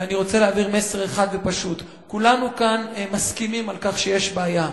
אני רוצה להעביר מסר אחד ופשוט: כולנו כאן מסכימים על כך שיש בעיה,